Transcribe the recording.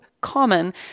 common